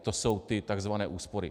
To jsou ty takzvané úspory.